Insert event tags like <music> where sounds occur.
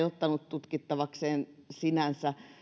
<unintelligible> ottanut tutkittavakseen sinänsä